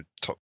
top